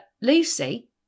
Lucy